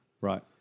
Right